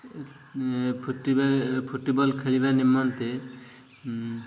ଫୁଟି ଫୁଟବଲ୍ ଖେଳିବା ନିମନ୍ତେ